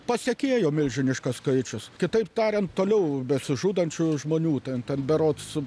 pasekėjo milžiniškas skaičius kitaip tariant toliau besižudančių žmonių tai an ten berods